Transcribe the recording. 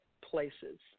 places